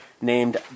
named